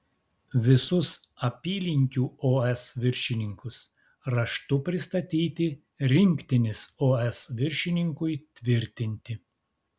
visus apylinkių os viršininkus raštu pristatyti rinktinės os viršininkui tvirtinti